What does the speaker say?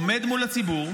עומד מול הציבור,